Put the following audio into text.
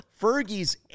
Fergie's